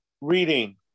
reading